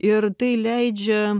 ir tai leidžia